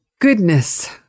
goodness